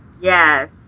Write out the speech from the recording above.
Yes